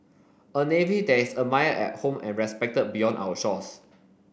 a navy that is admired at home and respected beyond our shores